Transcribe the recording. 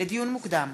לדיון מוקדם: